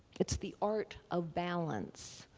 it's the art of balance,